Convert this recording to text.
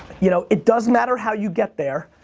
you know it does matter how you get there.